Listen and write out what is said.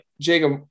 Jacob